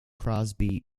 crosby